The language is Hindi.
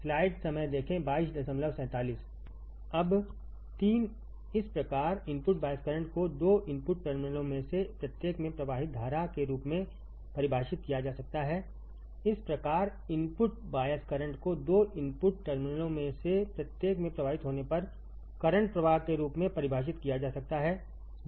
अब 3 इस प्रकार इनपुट बायस करंट को 2 इनपुट टर्मिनलों में से प्रत्येक में प्रवाहित धारा के रूप में परिभाषित किया जा सकता है इस प्रकार इनपुट बायस करंट को 2 इनपुट टर्मिनलों में से प्रत्येक में प्रवाहित होने पर करंट प्रवाह के रूप में परिभाषित किया जा सकता है